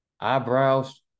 eyebrows